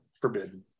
forbidden